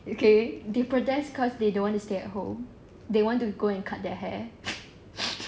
okay they protest cause they don't want to stay at home they want to go and cut their hair